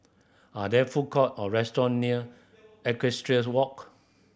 are there food court or restaurant near Equestrian Walk